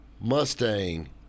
Mustang